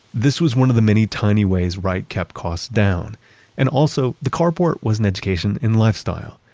this was one of the many tiny ways wright kept costs down and also the carport was an education in lifestyle.